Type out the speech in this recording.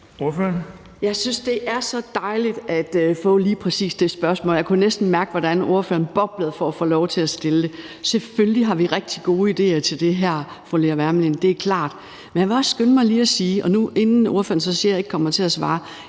Jeg synes, det er så dejligt at få lige præcis det spørgsmål, og jeg kunne næsten mærke, hvordan ordføreren boblede for at få lov til at stille det. Selvfølgelig har vi rigtig gode idéer til det her, fru Lea Wermelin; det er klart. Men inden ordføreren så siger, at jeg ikke kommer til at svare,